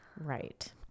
Right